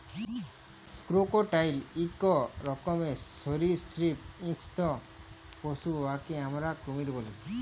crocodile ইক রকমের সরীসৃপ হিংস্র পশু উয়াকে আমরা কুমির ব্যলি